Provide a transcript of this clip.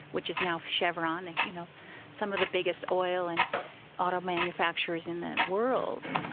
which is now chevron, and you know some of the biggest oil and auto manufacturers in the world,